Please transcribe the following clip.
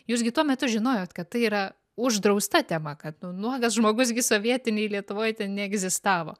jūs gi tuo metu žinojot kad tai yra uždrausta tema kad nu nuogas žmogus gi sovietinėj lietuvoj neegzistavo